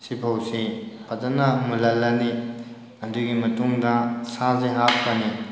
ꯁꯤꯐꯥꯎꯁꯤ ꯐꯖꯅ ꯃꯨꯜꯍꯜꯂꯅꯤ ꯑꯗꯨꯒꯤ ꯃꯇꯨꯡꯗ ꯁꯥꯁꯤ ꯍꯥꯞꯀꯅꯤ